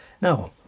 Now